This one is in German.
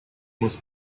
muss